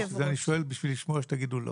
אני שאלתי בשביל לשמוע שאתם אומרים לא.